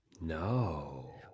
no